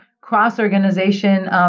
cross-organization